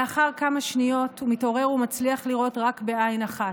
לאחר כמה שניות הוא מתעורר ומצליח לראות רק בעין אחת.